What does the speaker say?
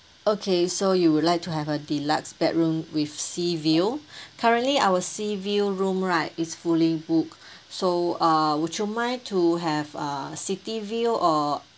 okay so you would like to have a deluxe bedroom with sea view currently our sea view room right is fully booked so uh would you mind to have a city view or